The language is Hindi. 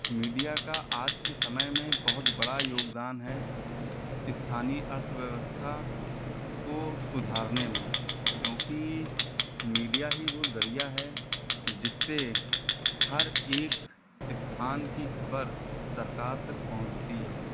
मीडिया का आज के समय में बहुत बड़ा योगदान है स्थानीय अर्थव्यवस्था को सुधारने में क्योंकि मीडिया ही वह ज़रिया है जिससे हर एक स्थान की खबर सरकार तक पहुँचती है